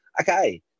okay